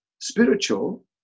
spiritual